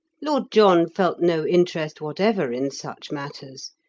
lord john felt no interest whatever in such matters,